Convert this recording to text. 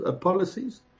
policies